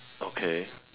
okay